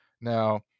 Now